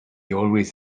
always